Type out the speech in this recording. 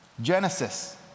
Genesis